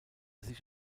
sich